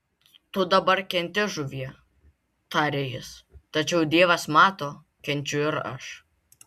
tu dabar kenti žuvie tarė jis tačiau dievas mato kenčiu ir aš